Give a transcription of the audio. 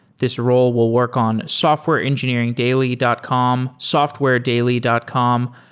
this role will work on softwareengineeringdaily dot com, softwaredaily dot com,